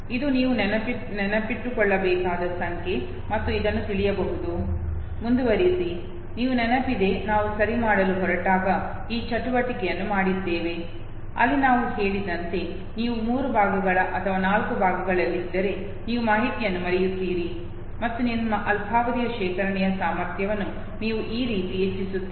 ಇದು ನೀವು ನೆನಪಿಟ್ಟುಕೊಳ್ಳಬೇಕಾದ ಸಂಖ್ಯೆ ಮತ್ತು ಇದನ್ನು ತಿಳಿಯಬಹುದು ಮುಂದುವರಿಸಿ ನೀವು ನೆನಪಿದೆ ನಾವು ಸರಿ ಮಾಡಲು ಹೊರಟಾಗ ಈ ಚಟುವಟಿಕೆಯನ್ನು ಮಾಡಿದ್ದೇವೆ ಅಲ್ಲಿ ನಾವು ಹೇಳಿದಂತೆ ನೀವು ಮೂರು ಭಾಗಗಳ ಅಥವಾ ನಾಲ್ಕು ಭಾಗಗಳಲ್ಲಿದ್ದರೆ ನೀವು ಮಾಹಿತಿಯನ್ನು ಮುರಿಯುತ್ತೀರಿ ಮತ್ತು ನಿಮ್ಮ ಅಲ್ಪಾವಧಿಯ ಶೇಖರಣೆಯ ಸಾಮರ್ಥ್ಯವನ್ನು ನೀವು ಈ ರೀತಿ ಹೆಚ್ಚಿಸುತ್ತೀರಿ